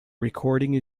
recording